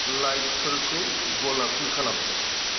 लाइटफोरखौ गलापि खालाम